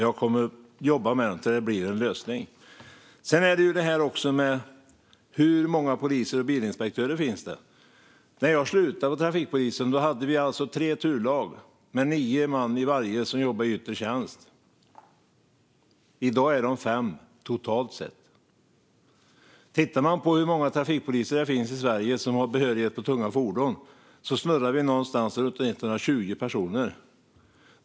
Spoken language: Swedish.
Jag kommer att jobba med dem tills att det blir en lösning. Sedan är frågan: Hur många poliser och bilinspektörer finns det? När jag slutade på trafikpolisen hade vi tre turlag med nio man i varje som jobbade i yttre tjänst. I dag är de fem totalt sett. Tittar man på hur många trafikpoliser det finns i Sverige som har behörighet på tunga fordon snurrar vi någonstans runt 120 personer.